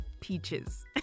Peaches